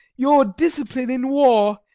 your discipline in war,